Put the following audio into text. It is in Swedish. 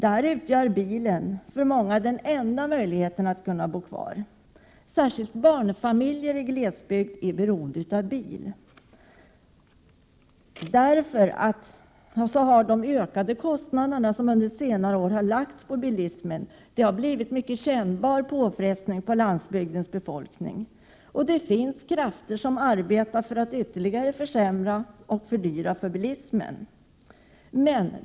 Där utgör bilen för många den enda möjligheten att bo kvar. Särskilt barnfamiljer i glesbygder är beroende av bil. Därför är de ökade kostnader som under senare år har lagts på bilismen en kännbar påfrestning på landsbygdens befolkning. Det finns krafter som arbetar för att ytterligare försämra och fördyra när det gäller bilismen.